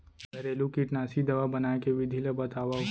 घरेलू कीटनाशी दवा बनाए के विधि ला बतावव?